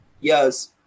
yes